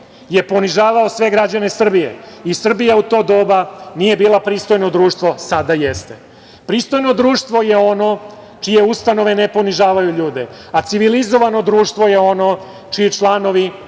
je ponižavao sve građana Srbije. Srbija u to doba nije bila pristojno društvo, sada jeste. Pristojno društvo je ono čije ustanove ne ponižavaju ljude, a civilizovano društvo je ono čiji članovi